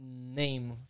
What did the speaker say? name